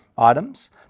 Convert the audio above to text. items